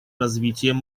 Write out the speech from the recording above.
развитием